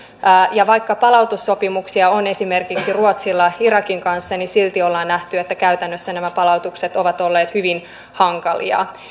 ja vaikka palautussopimuksia on esimerkiksi ruotsilla irakin kanssa niin silti ollaan nähty että käytännössä nämä palautukset ovat olleet hyvin hankalia